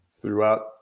throughout